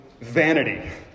vanity